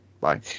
Bye